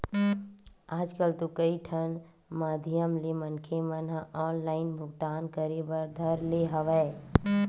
आजकल तो कई ठन माधियम ले मनखे मन ह ऑनलाइन भुगतान करे बर धर ले हवय